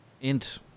int